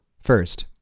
first,